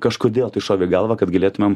kažkodėl tai šovė į galvą kad galėtumėm